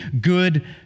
good